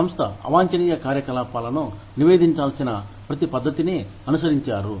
సంస్థ అవాంఛనీయ కార్యకలాపాలను నివేదించాలిసిన ప్రతి పద్ధతిని అనుసరించారు